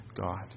God